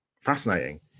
fascinating